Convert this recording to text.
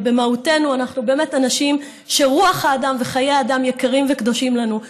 אבל במהותנו אנחנו באמת אנשים שרוח האדם וחיי אדם יקרים וקדושים לנו.